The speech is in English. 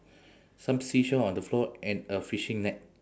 some seashell on the floor and a fishing net